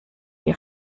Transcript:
die